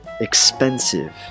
Expensive